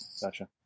gotcha